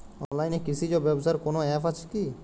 অনলাইনে কৃষিজ ব্যবসার কোন আ্যপ আছে কি?